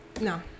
no